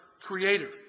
creator